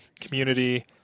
Community